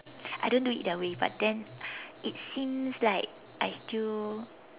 I don't do it that way but then it seems like I still